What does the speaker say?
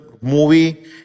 movie